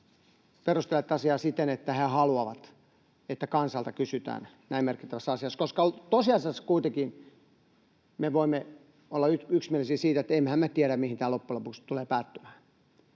perustelleet asiaa siten, että he haluavat, että kansalta kysytään näin merkittävässä asiassa, koska tosiasiassa kuitenkin me voimme olla yksimielisiä siitä, että emmehän me tiedä, mihin tämä loppujen lopuksi tulee päättymään.